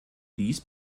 dies